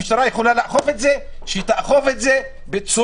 המשטרה יכולה לאכוף, שהיא תאכוף על כולם,